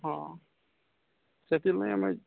ହଁ ସେଥିର୍ ଲାଗି ଆମେ